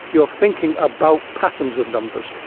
you're thinking about patterns of numbers,